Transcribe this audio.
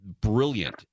brilliant